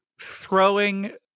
throwing